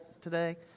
today